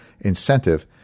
incentive